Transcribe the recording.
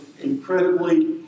incredibly